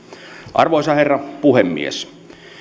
arvoisa herra puhemies